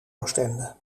oostende